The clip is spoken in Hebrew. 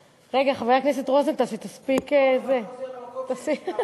אני רק רציתי להגיד משהו לך: אני אומנם צעירה פה ולא זכיתי,